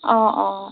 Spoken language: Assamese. অ অ